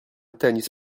tennis